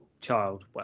child